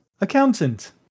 Accountant